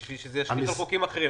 בשביל שזה יהיה של חוקים אחרים.